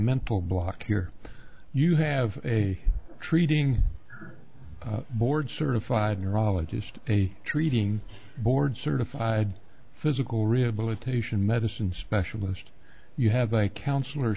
mental block here you have a treating board certified neurologist treating board certified physical rehabilitation medicine specialist you have a counselor